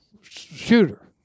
shooter